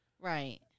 right